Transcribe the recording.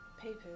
Papers